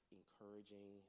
encouraging